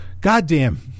goddamn